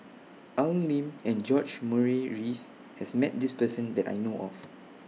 Al Lim and George Murray Reith has Met This Person that I know off